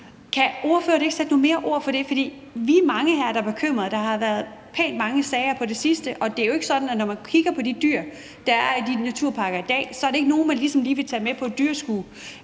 Kan ordføreren ikke sætte nogle flere ord på det? For vi er mange her, der er bekymrede. Der har været pænt mange sager på det sidste, og når man kigger på de dyr, der er i de naturparker i dag, så er det jo ikke nogle, man lige vil tage med på et dyrskue,